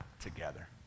together